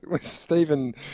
Stephen